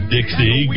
Dixie